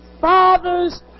father's